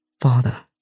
Father